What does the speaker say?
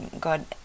God